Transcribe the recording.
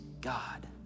God